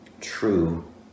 true